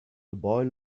boy